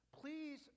Please